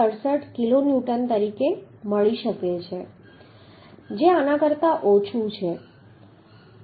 67 kilonewton તરીકે મળી શકે છે જે આના કરતા ઓછું છે